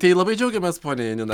tai labai džiaugiamės ponia janina